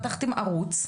פתחתם ערוץ.